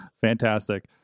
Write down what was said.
Fantastic